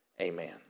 Amen